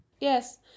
Yes